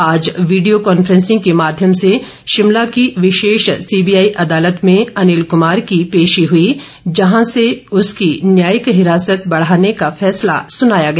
आज video conferencing के माध्यम से शिमला की विशेष सीबीआई अदालत में अनिल कुमार की पेशी हुई जहां से उसकी न्यायिक हिरासत बढ़ाने का फैसला सुनाया गया